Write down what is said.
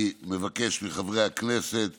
אני מבקש מחברי הכנסת